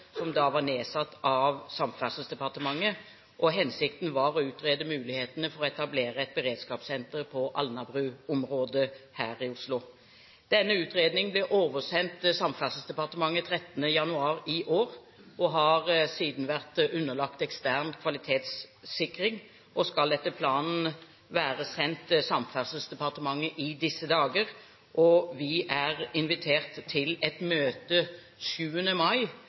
som var nedsatt av Samferdselsdepartementet. Hensikten var å utrede mulighetene for å etablere et beredskapssenter på Alnabru-området i Oslo. Denne utredningen ble oversendt Samferdselsdepartementet 13. januar i år og har siden vært underlagt ekstern kvalitetssikring. Den skal etter planen være sendt til Samferdselsdepartementet i disse dager. Vi er invitert til et møte den 7. mai,